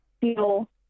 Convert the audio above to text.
feel